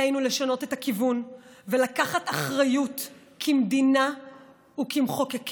עלינו לשנות את הכיוון ולקחת אחריות כמדינה וכמחוקקים,